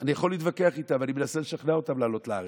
אני יכול להתווכח איתם ואני מנסה לשכנע אותם לעלות לארץ,